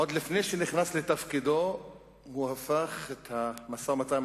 עוד לפני שנכנס לתפקידו הוא הפך את המשא-ומתן